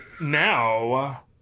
now